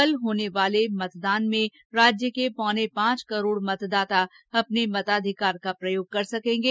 कल होने वाले मतदान में राज्य के पौने पांच करोड़ मतदाता अपने मताधिकार का प्रयोग कर सकेंगे